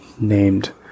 named